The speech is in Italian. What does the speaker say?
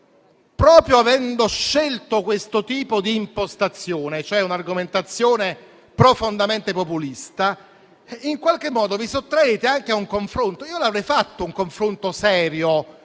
proprio avendo scelto questo tipo di impostazione, e cioè un'argomentazione profondamente populista, in qualche modo vi sottraete anche al confronto. Io l'avrei fatto un confronto serio